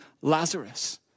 Lazarus